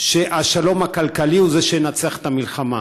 שהשלום הכלכלי הוא זה שינצח את המלחמה.